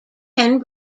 can